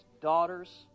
daughters